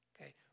Okay